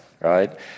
right